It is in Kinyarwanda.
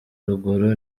ruguru